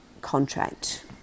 contract